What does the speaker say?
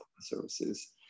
services